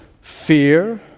Fear